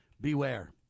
Beware